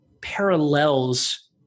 parallels